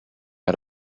out